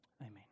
Amen